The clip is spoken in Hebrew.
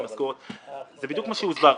זה בדיוק מה שהוסבר.